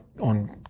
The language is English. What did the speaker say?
on